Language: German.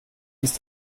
ist